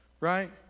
right